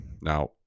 Now